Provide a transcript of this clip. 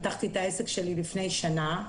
פתחתי את העסק שלי לפני שנה,